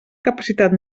capacitat